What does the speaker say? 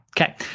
Okay